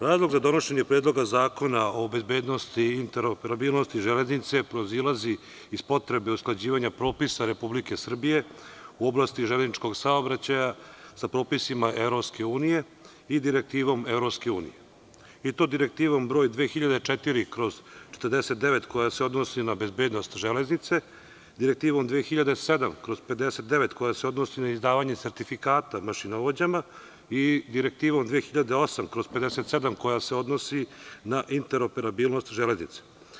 Razlog za donošenje Predloga zakona o bezbednosti i interoperabilnosti železnice proizilazi iz potrebe usklađivanja propisa Republike Srbije u oblasti železničkog saobraćaja, sa propisima EU, i Direktivom EU, i to Direktivom broj 2004/49 koja se odnosi na bezbednost železnice, Direktivom 2007/59 koja se odnosi na izdavanje sertifikata mašinovođama, Direktivom 2008/57 koja se odnosi na interoperabilnost železnice.